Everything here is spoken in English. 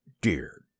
Dear